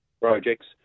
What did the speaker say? projects